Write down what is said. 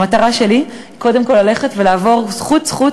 המטרה שלי היא קודם כול ללכת ולעבור זכות-זכות